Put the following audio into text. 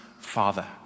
father